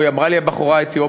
היא אמרה לי: הבחורה האתיופית.